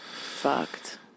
fucked